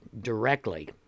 directly